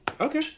Okay